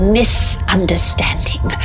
misunderstanding